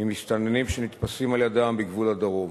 ממסתננים שנתפסים על-ידיהם בגבול הדרום.